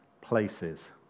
places